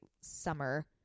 summer